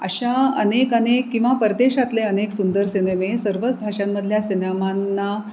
अशा अनेक अनेक किंवा परदेशातले अनेक सुंदर सिनेमे सर्वच भाषांमधल्या सिनेमांना